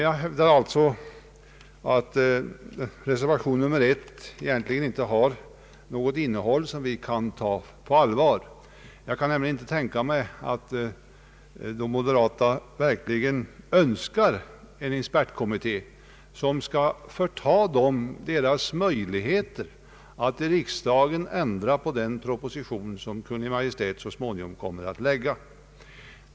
Jag hävdar således att reservation nr 1 egentligen inte har något innehåll som vi kan ta på allvar. Jag kan nämligen inte tänka mig att moderata samlingspartiet verkligen önskar en expertkommitté som skall förta partiet dess möjligheter att i riksdagen ändra på den proposition som Kungl. Maj:t så småningom kommer att lägga fram.